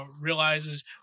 realizes